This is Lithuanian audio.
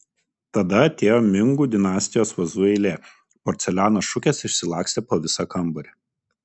tada atėjo mingų dinastijos vazų eilė porceliano šukės išsilakstė po visą kambarį